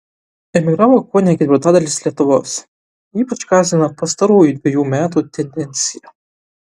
emigravo kone ketvirtadalis lietuvos ypač gąsdina pastarųjų dvejų metų tendencija